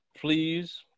please